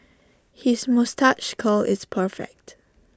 his moustache curl is perfect